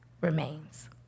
remains